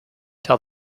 tell